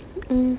mm